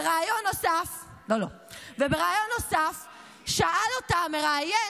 בריאיון נוסף שאל אותה המראיין,